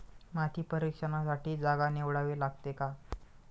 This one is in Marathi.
माती परीक्षणासाठी जागा निवडावी लागते का?